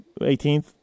18th